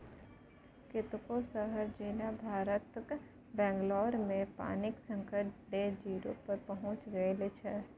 कतेको शहर जेना भारतक बंगलौरमे पानिक संकट डे जीरो पर पहुँचि गेल छै